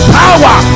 power